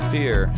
Fear